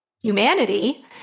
humanity